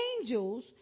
angels